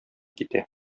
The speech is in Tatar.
китә